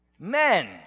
Men